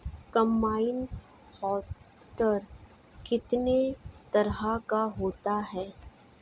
Combine harvester कितने तरह का होता है?